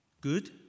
good